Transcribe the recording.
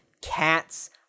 Cats